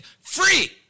free